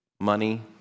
Money